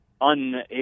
unable